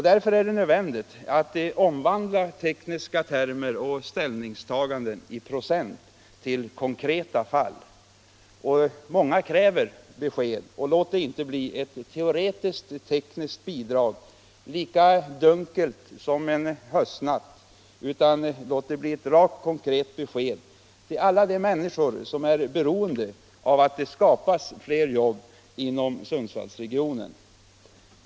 Därför är det nödvändigt att omvandla tekniska termer och ställningstaganden i procent till konkreta fall. Många kräver besked. Och låt det inte bli ett teoretiskt-tekniskt bidrag, lika dunkelt som en höstnatt, utan låt det bli ett rakt, konkret besked till alla de människor som är beroende av att det skapas fler jobb inom Sundsvallsregionen.